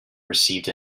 received